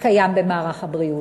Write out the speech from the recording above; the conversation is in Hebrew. שקיים במערך הבריאות,